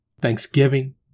Thanksgiving